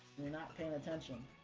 not paying attention